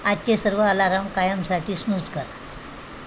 आजचे सर्व आलाराम कायमसाठी स्नूज कर